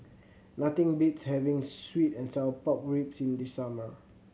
nothing beats having sweet and sour pork ribs in the summer